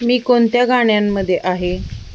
मी कोणत्या गाण्यांमध्ये आहे